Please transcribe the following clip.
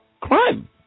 crime